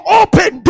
open